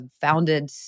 founded